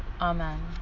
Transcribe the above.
Amen